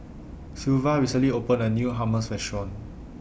Sylvia recently opened A New Hummus Restaurant